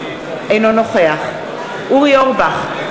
אינו נוכח אורי אורבך,